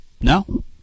No